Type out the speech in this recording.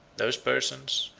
those persons,